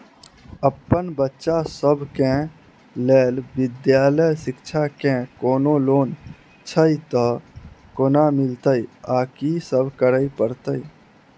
अप्पन बच्चा सब केँ लैल विधालय शिक्षा केँ कोनों लोन छैय तऽ कोना मिलतय आ की सब करै पड़तय